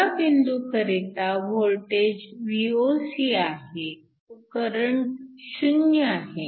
ह्या बिंदूकरिता voltage Voc आहे व करंट 0 आहे